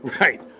Right